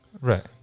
Right